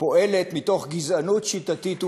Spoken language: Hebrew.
ופועלת מתוך גזענות שיטתית וממוסדת,